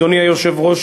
אדוני היושב-ראש,